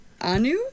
Anu